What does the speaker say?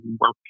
work